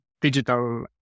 digital